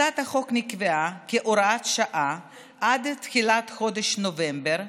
הצעת החוק נקבעה כהוראת שעה עד תחילת חודש נובמבר,